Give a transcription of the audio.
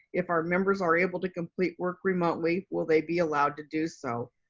if our members are able to complete work remotely, will they be allowed to do so?